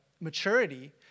maturity